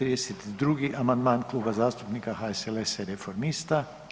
32. amandman Kluba zastupnika HSLS-a i Reformista.